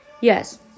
yes